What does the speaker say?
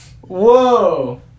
Whoa